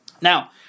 Now